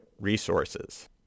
resources